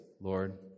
Lord